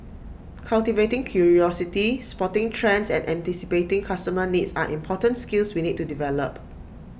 cultivating curiosity spotting trends and anticipating customer needs are important skills we need to develop